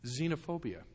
Xenophobia